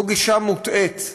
זו גישה מוטעית,